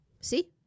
See